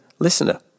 listener